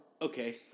Okay